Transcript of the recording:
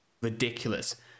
ridiculous